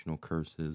curses